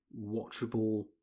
watchable